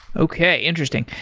okay, interesting.